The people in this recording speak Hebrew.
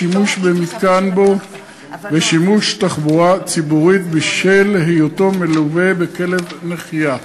שימוש במתקן בו ושימוש בתחבורה ציבורית בשל היותו מלווה בכלב נחייה.